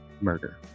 murder